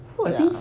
food ah